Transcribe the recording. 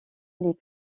les